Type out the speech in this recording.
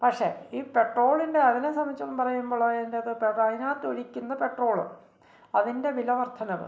പക്ഷേ ഈ പെട്രോളിന്റെ അതിനെ സംബന്ധിച്ചോളം പറയുമ്പോൾ അതിനകത്ത് അത് അതിനകത്ത് ഒഴിക്കുന്ന പെട്രോള് അതിന്റെ വില വര്ദ്ധനവ്